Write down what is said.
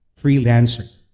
freelancer